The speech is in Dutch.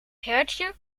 hertje